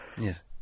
Yes